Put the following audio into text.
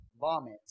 vomit